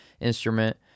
instrument